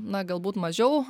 na galbūt mažiau